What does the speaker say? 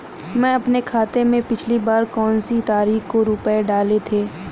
मैंने अपने खाते में पिछली बार कौनसी तारीख को रुपये डाले थे?